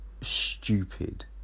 stupid